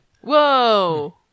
Whoa